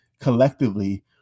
collectively